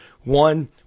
One